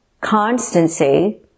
constancy